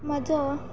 म्हजो